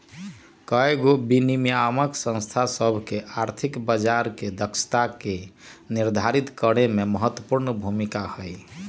कयगो विनियामक संस्था सभ के आर्थिक बजार के दक्षता के निर्धारित करेमे महत्वपूर्ण भूमिका हइ